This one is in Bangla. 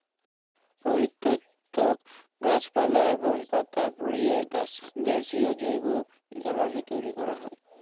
পরিত্যক্ত গাছপালা এবং পাতা পুড়িয়ে গ্যাসীয় জৈব জ্বালানি তৈরি করা হয়